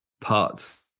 parts